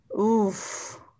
Oof